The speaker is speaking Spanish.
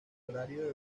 horario